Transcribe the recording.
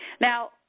Now